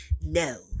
no